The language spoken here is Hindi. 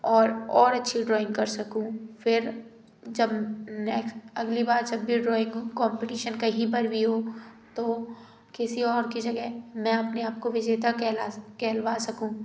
और और अच्छी ड्राॅइंग कर सकूँ फिर जब नेक्स्ट अगली बार जब भी ड्राॅइंग हो कॉम्पटीशन कहीं पर भी हो तो किसी और के जगह मैं अपने आप को विजेता कहला कहलावा सकूँ